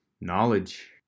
knowledge